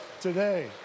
today